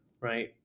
right